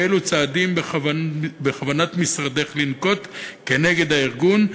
אילו צעדים בכוונת משרדך לנקוט נגד הארגון,